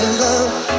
love